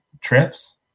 trips